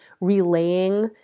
relaying